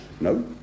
No